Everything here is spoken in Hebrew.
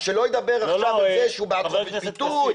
אז שלא ידבר עכשיו על זה שהוא בעד חופש ביטוי,